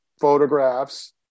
photographs